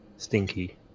Stinky